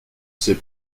sais